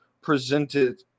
presented